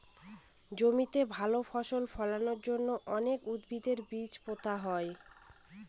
জমিতে ভালো ফসল ফলানোর জন্য অনেক উদ্ভিদের বীজ পোতা হয়